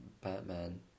Batman